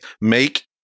make